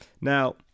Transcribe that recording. Now